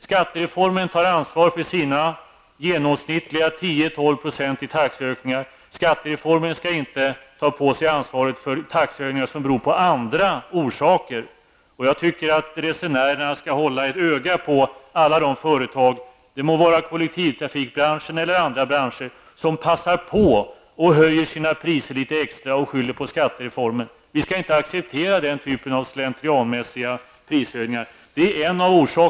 Skattereformen tar ansvar för sina genomsnittliga 10--12 % i taxehöjningar, men den skall inte ta på sig ansvaret för de taxehöjningar som har andra orsaker. Jag tycker att resenärerna skall hålla ett öga på alla de företag -- det må vara kollektivtrafikbranschen eller andra branscher -- som passar på att höja sina priser litet extra och skyller på skattereformen. Den typen av slentrianmässiga prishöjningar skall vi inte acceptera.